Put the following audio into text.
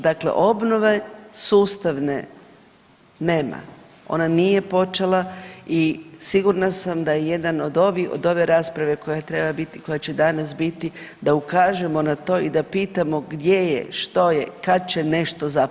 Dakle, obnove sustavne nema, ona nije počela i sigurna sam da je jedan od ove rasprave koja treba biti, koja će danas biti da ukažemo na to i da pitamo gdje je, što je i kad će nešto započeti.